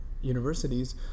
universities